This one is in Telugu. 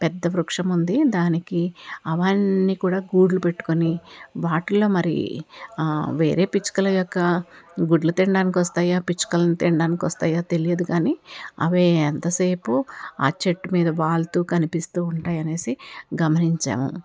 పెద్ద వృక్షముంది దానికి అవన్నీ కూడా గూళ్ళు పెట్టుకొని వాటిల్లో మరి వేరే పిచ్చుకల యొక్క గుడ్లు తినడానికి వస్తాయా పిచ్చుకలని తినడానికి వస్తాయా తెలియదు కానీ అవే ఎంతసేపు ఆ చెట్టు మీద వాల్తూ కనిపిస్తూ ఉంటాయి అనేసి గమనించాము